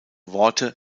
worte